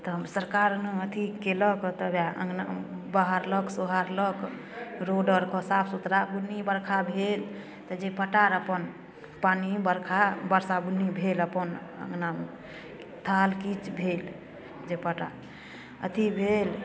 तऽ सरकार ने अथी केलक तऽ वएह अँगना बहारलक सोहारलक रोड आओरके साफ सुथरा बुन्नी बरखा भेल तऽ जाहिपटार अपन पानी बरखा बरसा बुन्नी भेल अपन अँगना थाल किच भेल जाहिपटार अथी भेल